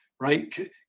right